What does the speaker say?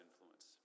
influence